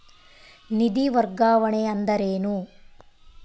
ನಿಧಿ ವರ್ಗಾವಣೆ ಅಂದರೆ ಏನು?